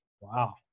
Wow